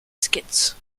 skits